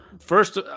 first